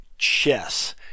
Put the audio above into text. Chess